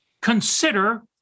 consider